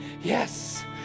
Yes